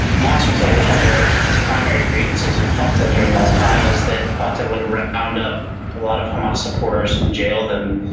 hamas would say that one of their primary grievances with fatah during that time is that fatah would round up a lot of hamas supporters and jail them,